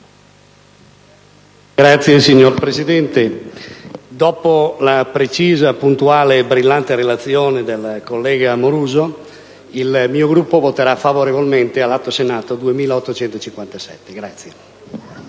Signora Presidente, dopo la precisa, puntuale e brillante relazione del collega Amoruso, il mio Gruppo voterà favorevolmente all'Atto Senato n. 2857.